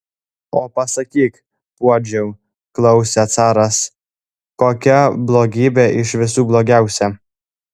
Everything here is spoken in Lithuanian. o pasakyk puodžiau klausia caras kokia blogybė iš visų blogiausia